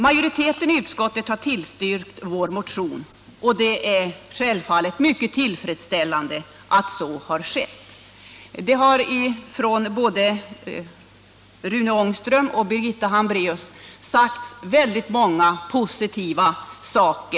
Majoriteten i utskottet har tillstyrkt vår motion, och det är självfallet mycket tillfredsställande att så har skett. Det innebär också att motionen från centerns ledamöter på Västerbottensbänken har tillgodosetts.